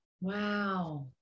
Wow